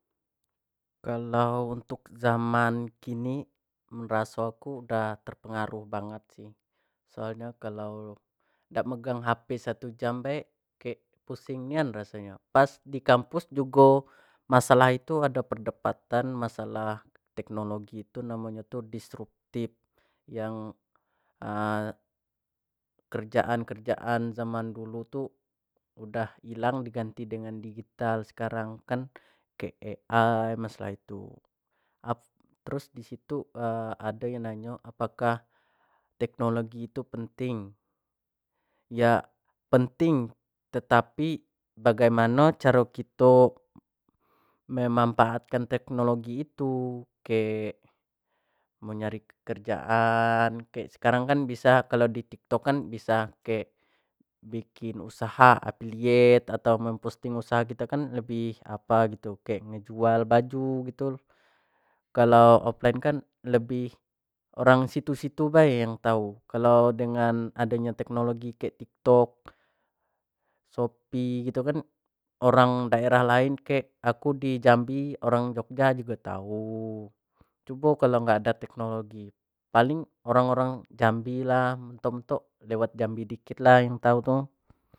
Kalau untuk zaman kini merasa aku udah terpengaruh banget sih soalnya kalau ndak megang hp 1 jambi pusingnya rasanya pas di kampus juga masalah itu ada perdebatan masalah teknologi itu namanya tuh distruktif yang kerjaan-kerjaan zaman dulu tuh udah hilang diganti dengan digital sekarang kan masalah itu terus di situ ada yang nanya apakah teknologi itu penting ya penting tetapi bagaimana cara kita memanfaatkan teknologi itu kek mau nyari pekerjaan kayak sekarang kan bisa kalau di tik tok kan bisa pakai bikin usaha diet atau memposting usaha kita kan lebih apa gitu kayak ngejual baju gitu kalau offline kan lebih orang situs-situ baik yang tahu kalau dengan adanya teknologi kayak tik tok shopee gitu kan orang daerah lain kek aku di jambi orang jogja juga tahu coba kalau nggak ada teknologi paling orang-orang jambi lewat jambi dikit lagi